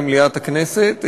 למליאת הכנסת,